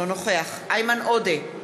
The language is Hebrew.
אינו נוכח איימן עודה,